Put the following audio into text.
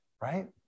right